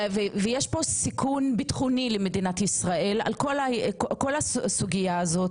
ויש פה סיכון ביטחוני למדינת ישראל על כל הסוגיה הזו,